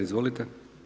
Izvolite.